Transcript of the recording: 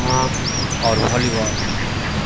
और वॉलीबॉल